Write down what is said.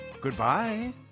Goodbye